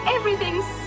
Everything's